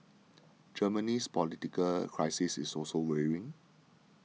Germany's political crisis is also weighing